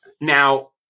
Now